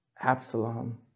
Absalom